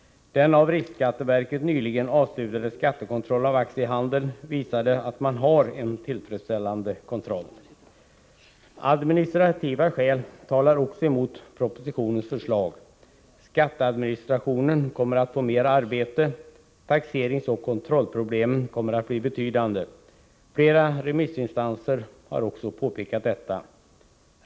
Den av riksskatteverket nyligen avslutade skattekontrollen av aktiehandeln visade att man har en tillfredsställande kontroll. Administrativa skäl talar också emot propositionens förslag. Skatteadministrationen kommer att få mer arbete. Taxeringsoch kontrollproblemen kommer att bli betydande. Flera remissinstanser har också påpekat detta.